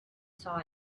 saw